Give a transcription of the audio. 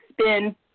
spin